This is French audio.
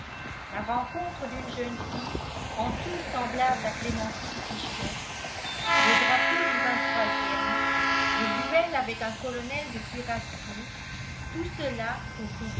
la rencontre d'une jeune fille en tout semblable à clémentine pichon le drapeau du ème le duel avec un colonel de cuirassiers tout cela